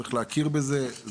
צריך להכיר בזה,